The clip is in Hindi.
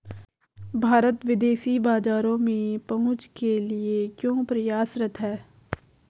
भारत विदेशी बाजारों में पहुंच के लिए क्यों प्रयासरत है?